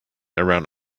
around